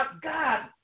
God